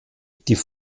die